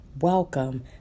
Welcome